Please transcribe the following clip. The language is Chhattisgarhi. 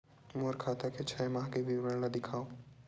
मोर खाता के छः माह के विवरण ल दिखाव?